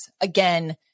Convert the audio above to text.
again